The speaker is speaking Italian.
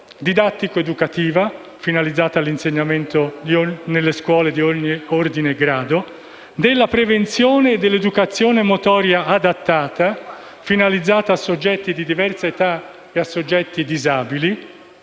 didattico-educativa, finalizzata all'insegnamento nelle scuole di ogni ordine e grado; della prevenzione e dell'educazione motoria adattata, finalizzata a soggetti di diversa età e a soggetti disabili;